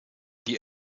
die